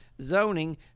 zoning